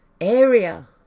area